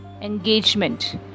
engagement